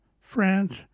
France